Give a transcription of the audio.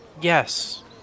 Yes